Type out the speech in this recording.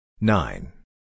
Nine